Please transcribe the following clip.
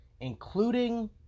including